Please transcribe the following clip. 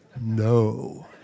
no